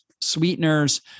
sweeteners